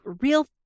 real